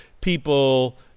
people